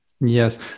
Yes